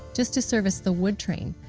just to service the wood train.